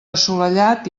assolellat